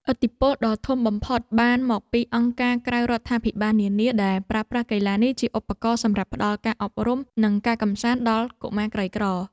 ឥទ្ធិពលដ៏ធំបំផុតបានមកពីអង្គការក្រៅរដ្ឋាភិបាលនានា ដែលប្រើប្រាស់កីឡានេះជាឧបករណ៍សម្រាប់ផ្ដល់ការអប់រំ និងការកម្សាន្តដល់កុមារក្រីក្រ។